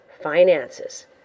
finances